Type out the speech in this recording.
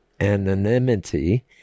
anonymity